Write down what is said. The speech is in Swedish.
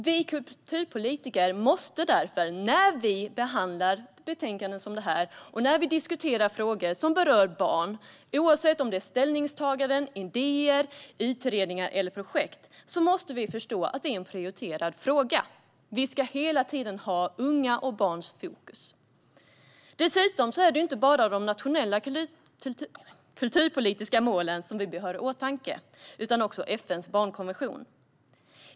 Vi kulturpolitiker måste därför när vi behandlar betänkanden som detta, och när vi diskuterar frågor som berör barn, oavsett om det är ställningstaganden, idéer, utredningar eller projekt, förstå att kultur är en prioriterad fråga. Vi ska hela tiden ha fokus på unga och barn. Det är inte bara de nationella kulturpolitiska målen som vi bör ha i åtanke utan också FN:s barnkonvention.